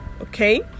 okay